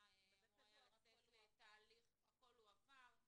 הכול הועבר.